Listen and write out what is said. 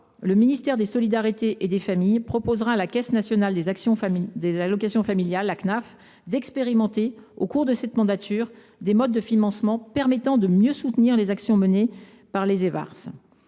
le ministère des solidarités et des familles proposera à la Caisse nationale des allocations familiales (Cnaf) d’expérimenter au cours de cette mandature des modes de financement permettant de mieux soutenir les actions menées par les Evars.